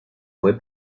fue